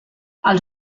els